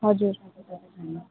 हजुर